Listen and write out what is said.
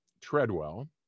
Treadwell